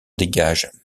dégage